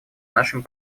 нашим